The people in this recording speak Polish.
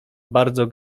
bardzo